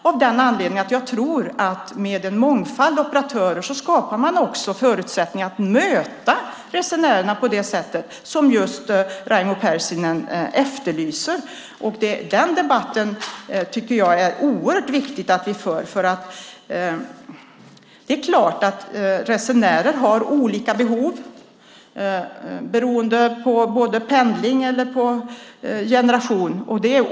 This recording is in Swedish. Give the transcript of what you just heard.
Anledningen är att jag tror att man med en mångfald operatörer också skapar förutsättningar att möta resenärerna på det sätt som Raimo Pärssinen efterlyser. Jag tycker att det är oerhört viktigt att vi för den debatten. Det är klart att resenärer har olika behov beroende på hur de pendlar och på vilken generation de tillhör.